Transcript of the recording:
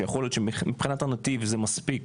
ויכול להיות שמבחינת נתיב זה מספיק.